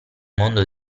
mondo